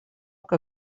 que